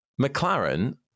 McLaren